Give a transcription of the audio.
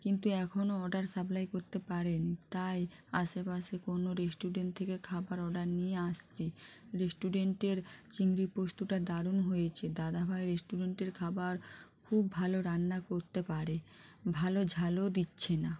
কিন্তু এখনো order supply করতে পারে নি তাই আশেপাশে কোনো রেস্টুরেন্ট থেকে খাবার অর্ডার নিয়ে আসছে রেস্টুরেন্টের চিংড়ি পোস্তটা দারুণ হয়েছে দাদা ভাই রেস্টুরেন্টের খাবার খুব ভালো রান্না করতে পারে ভালো ঝালও দিচ্ছে না